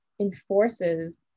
enforces